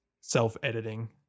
self-editing